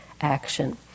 action